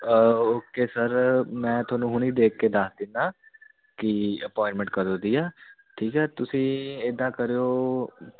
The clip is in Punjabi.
ਓਕੇ ਸਰ ਮੈਂ ਤੁਹਾਨੂੰ ਹੁਣੇ ਦੇਖ ਕੇ ਦੱਸ ਦਿੰਦਾ ਕਿ ਅਪੋਆਇੰਟਮੈਂਟ ਕਦੋਂ ਦੀ ਆ ਠੀਕ ਹੈ ਤੁਸੀਂ ਏਦਾਂ ਕਰਿਓ